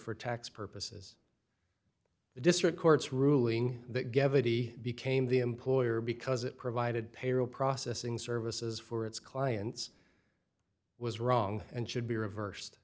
for tax purposes the district court's ruling that devotee became the employer because it provided payroll processing services for its clients was wrong and should be reversed